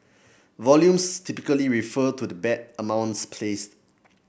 volumes typically refer to the bet amounts placed